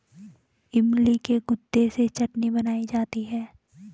इमली के गुदे से चटनी बनाई जाती है